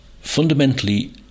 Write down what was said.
Fundamentally